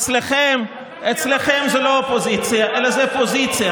אצלכם זו לא אופוזיציה אלא זו פוזיציה.